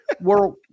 world